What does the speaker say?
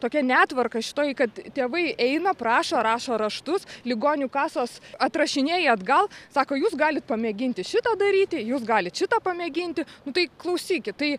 tokia netvarka šitoj kad tėvai eina prašo rašo raštus ligonių kasos atrašinėja atgal sako jūs galit pamėginti šitą daryti jūs galit šitą pamėginti nu tai klausykit tai